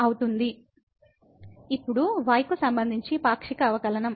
ఇప్పుడు y కు సంబంధించి పాక్షిక అవకలనం